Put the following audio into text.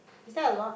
is that a lot